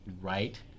right